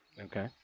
Okay